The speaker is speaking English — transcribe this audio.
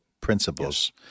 principles